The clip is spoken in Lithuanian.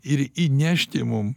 ir įnešti mum